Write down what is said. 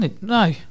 No